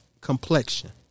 complexion